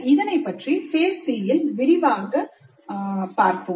அதனைப் பற்றி Phase C இல் விரிவாக பார்ப்போம்